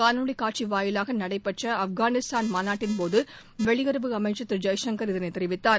காணொலி காட்சி வாயிலாக நடைபெற்ற ஆப்கானிஸ்தான் மாநாட்டின்போது வெளியுறவு அமைச்சர் திரு ஜெய்சங்கர் இதனை தெரிவித்தார்